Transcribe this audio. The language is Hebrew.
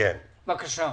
בבקשה.